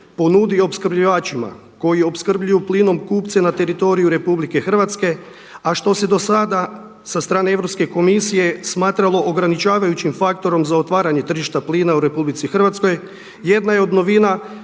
ponudi opskrbljivačima koji opskrbljuju plinom kupce na teritoriju Republike Hrvatske, a što se do sada sa strane Europske komisije smatralo ograničavajućim faktorom za otvaranje tržišta plina u Republici Hrvatskoj jedna je od novina